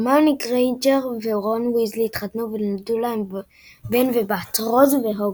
הרמיוני גריינג'ר ורון ויזלי התחתנו ונולדו להם בן ובת – רוז והוגו.